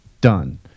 Done